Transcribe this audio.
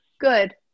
Good